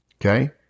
okay